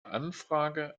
anfrage